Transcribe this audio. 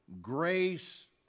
grace